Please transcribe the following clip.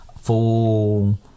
full